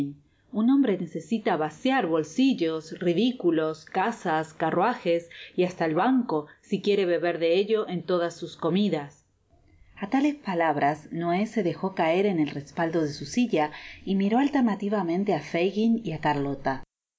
un hombre necesita vaciar bolsillos ridiculos casas carruages y hasta el banco si quiere beber de ello en todas sus comidas a tales palabras noé se dejo caer en el respaldo de su silla y miró alternativamente á fagin y á carlota